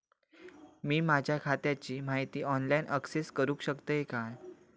मी माझ्या खात्याची माहिती ऑनलाईन अक्सेस करूक शकतय काय?